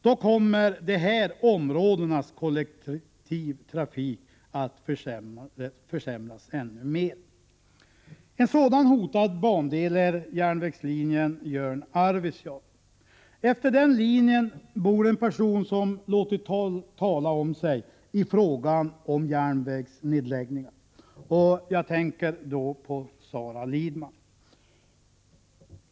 Då kommer de här område nas kollektivtrafik att försämras ännu mer. En sådan hotad bandel är järnvägslinjen Jörn-Arvidsjaur. Efter den linjen bor en person som låtit tala om sig i frågan om järnvägsnedläggningar — jag tänker på Sara Lidman.